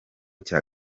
cya